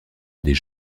des